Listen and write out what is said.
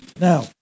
Now